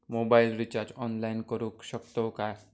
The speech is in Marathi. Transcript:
मोबाईल रिचार्ज ऑनलाइन करुक शकतू काय?